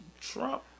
Trump